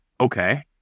okay